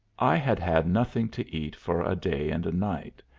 i had had nothing to eat for a day and a night,